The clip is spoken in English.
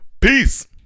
Peace